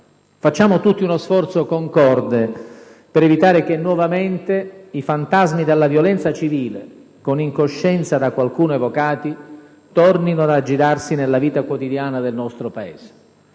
Facciamo tutti uno sforzo concorde per evitare che nuovamente i fantasmi della violenza civile - con incoscienza da qualcuno evocati - tornino ad aggirarsi nella vita quotidiana del nostro Paese.